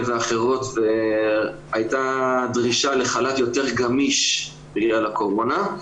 ואחרות והייתה דרישה לחל"ת יותר גמיש בגלל הקורונה.